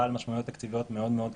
בעל משמעויות תקציביות מאוד מאוד כבדות.